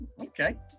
okay